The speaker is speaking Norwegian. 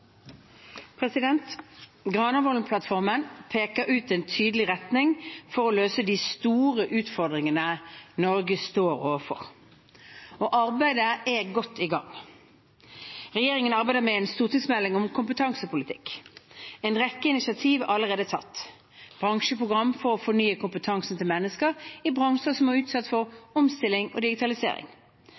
omme. Granavolden-plattformen peker ut en tydelig retning for å løse de store utfordringene Norge står overfor. Arbeidet er godt i gang. Regjeringen arbeider med en stortingsmelding om kompetansepolitikk. En rekke initiativer er allerede tatt: bransjeprogram for å fornye kompetansen til mennesker i bransjer som er utsatt for omstilling og digitalisering